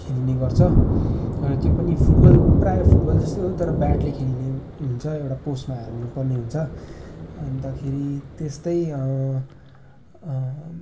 खेलिने गर्छ र त्यो पनि फुटबल प्रायः फुटबल जस्तै हो तर ब्याटले खेलिने हुन्छ एउटा पोस्टमा हाल्नुपर्ने हुन्छ अन्तखेरि त्यस्तै